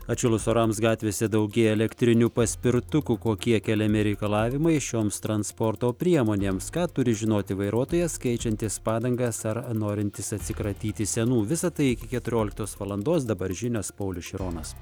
atšilus orams gatvėse daugėja elektrinių paspirtukų kokie keliami reikalavimai šioms transporto priemonėms ką turi žinoti vairuotojas keičiantis padangas ar norintys atsikratyti senų visa tai iki keturioliktos valandos dabar žinios paulius šironas